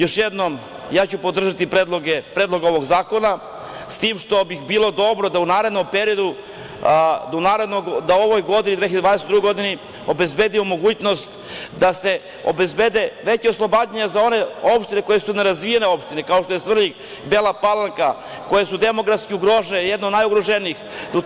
Još jednom, ja ću podržati predlog ovog zakona, s tim što bi bilo dobro da u narednom periodu, da u ovoj godini, 2022. godini, obezbedimo mogućnost da se obezbede veća oslobađanja za one opštine koje su nerazvijene opštine, kao što su Svrljig, Bela Palanka, koje su demografski ugrožene, jedne od najugroženijih.